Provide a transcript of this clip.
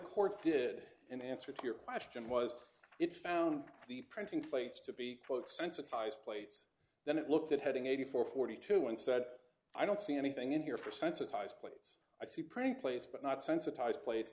court did in answer to your question was it found the printing plates to be quote sensitize plates then it looked at heading eighty four forty two and said i don't see anything in here for sensitized plates i see prank plates but not sensitised pla